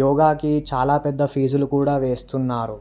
యోగాకి చాలా పెద్ద ఫీజులు కూడా వేస్తున్నారు